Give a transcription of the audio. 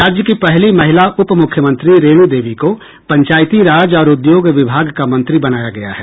राज्य की पहली महिला उप मुख्यमंत्री रेणु देवी को पंचायती राज और उद्योग विभाग का मंत्री बनाया गया है